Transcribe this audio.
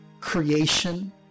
creation